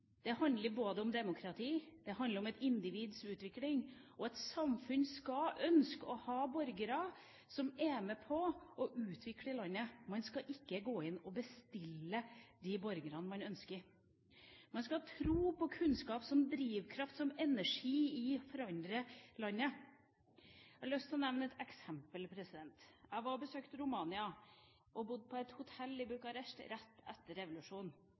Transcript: Det handler om demokrati, det handler om et individs utvikling – og et samfunn skal ønske å ha borgere som er med på å utvikle landet. Man skal ikke gå inn og bestille de borgerne man ønsker. Man skal tro på kunnskap som drivkraft, som energi, til å forandre landet. Jeg har lyst til å komme med et eksempel. Jeg besøkte Romania rett etter revolusjonen og bodde på et hotell i